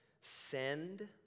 send